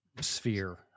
sphere